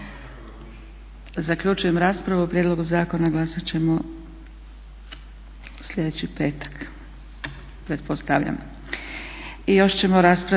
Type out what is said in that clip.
Zaključujem raspravu. O prijedlogu zakona glasat ćemo slijedeći petak